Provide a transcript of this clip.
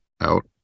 out